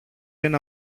ένα